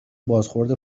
بازخورد